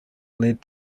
led